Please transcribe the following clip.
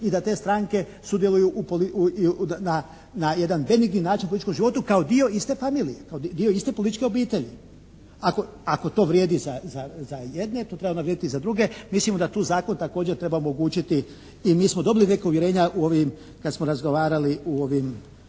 i da te stranke sudjeluju na jedan veliki način u političkom životu kao dio iste familije. Kao dio iste političke obitelji. Ako to vrijedi za jedne to treba onda vrijediti i za druge. Mislimo da tu Zakon također treba omogućiti i mi smo dobili neka uvjerenja u ovim, kad smo razgovarali u ovim